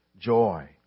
joy